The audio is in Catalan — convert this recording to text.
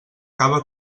cava